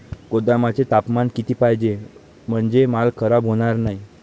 गोदामाचे तापमान किती पाहिजे? म्हणजे माल खराब होणार नाही?